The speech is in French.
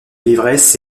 l’ivresse